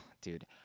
Dude